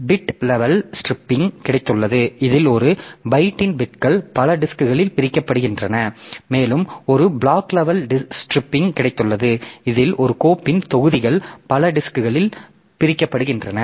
எனவே bit level striping கிடைத்துள்ளது இதில் ஒரு பைட்டின் பிட்கள் பல டிஸ்க்ல் பிரிக்கப்படுகின்றன மேலும் ஒரு பிளாக் லெவல் ஸ்ட்ரிப்பிங் கிடைத்துள்ளது இதில் ஒரு கோப்பின் தொகுதிகள் பலடிஸ்க்களில் பிரிக்கப்படுகின்றன